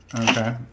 Okay